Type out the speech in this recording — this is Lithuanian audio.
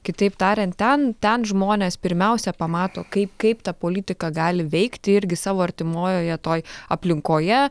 kitaip tariant ten ten žmonės pirmiausia pamato kaip kaip ta politika gali veikti irgi savo artimojoje toj aplinkoje